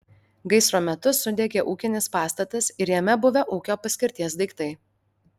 gaisro metu sudegė ūkinis pastatas ir jame buvę ūkio paskirties daiktai